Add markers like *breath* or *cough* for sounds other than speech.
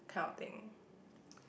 kind of thing *breath*